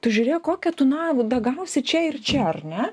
tu žiūrėk kokia tu navų gavusi čia ir čia ar ne